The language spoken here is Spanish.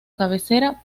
cabecera